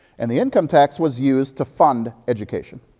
and the income tax was used to fund education